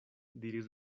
diris